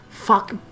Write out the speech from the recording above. Fuck